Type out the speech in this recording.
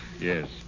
Yes